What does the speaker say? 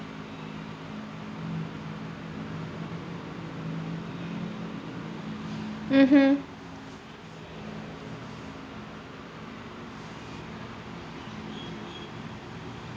mmhmm